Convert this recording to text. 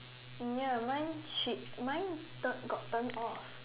ya mine she mine tu~ got turned off